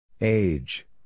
Age